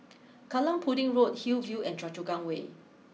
Kallang Pudding Road Hillview and Choa Chu Kang way